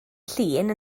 llun